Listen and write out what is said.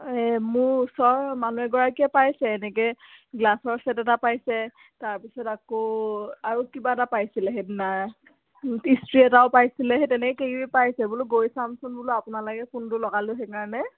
এই মোৰ ওচৰ মানুহ এগৰাকীয়ে পাইছে এনেকে গ্লাছৰ ছেট এটা পাইছে তাৰপিছত আকৌ আৰু কিবা এটা পাইছিলে সেইদিনা ইষ্ট্ৰ্ৰী এটাও পাইছিলে সেই তেনেকে কি পাইছে বোলো গৈ চামচোন বোলো আপোনালোকে কোনটো লগালোঁ সেইকাৰণে